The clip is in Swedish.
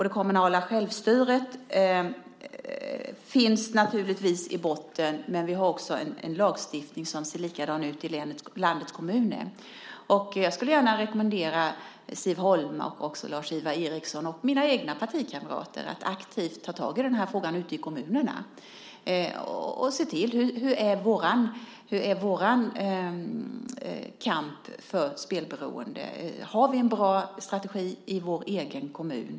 Det kommunala självstyret finns naturligtvis i botten, men vi har också en lagstiftning som ser likadan ut i landets kommuner. Jag vill gärna rekommendera Siv Holma, Lars-Ivar Ericson och mina egna partikamrater att aktivt ta tag i den här frågan ute kommunerna och se över hur deras kamp mot spelberoende ser ut och om de har en bra strategi i sin egen kommun.